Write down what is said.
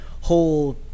whole